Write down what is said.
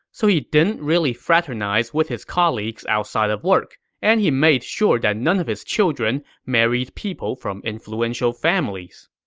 so he didn't really fraternize with his colleagues outside of work, and he made sure that none of his children married people from influential families